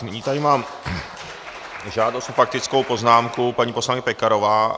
Nyní tady mám žádost o faktickou poznámku paní poslankyně Pekarové.